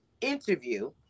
interview